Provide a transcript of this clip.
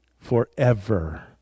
forever